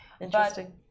Interesting